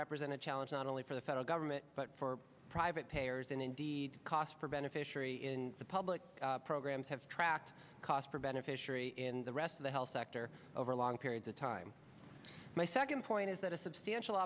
represent a challenge not only for the federal government but for private payers and indeed costs for beneficiary in the public programs have tracked costs for beneficiary in the rest of the health sector over long periods of time my second point is that a substantial